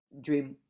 dream